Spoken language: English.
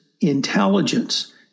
intelligence